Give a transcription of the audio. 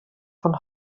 von